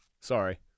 sorry